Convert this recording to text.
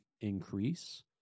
increase